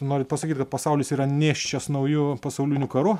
norit pasakyt kad pasaulis yra nėščias nauju pasauliniu karu